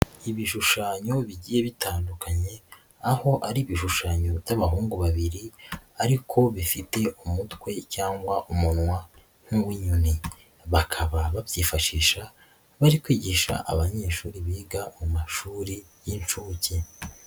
Ibishushanyo bigiye bitandukanye aho ari ibishushanyo by'abahungu babiri ariko bifite umutwe cyangwa umunwa nk'uw'inyoni, bakaba babyifashisha bari kwigisha abanyeshuri biga mu mashuri y'inshuke.